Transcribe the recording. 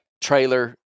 trailer